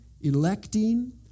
electing